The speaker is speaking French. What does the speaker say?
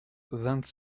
vingt